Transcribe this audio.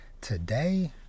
today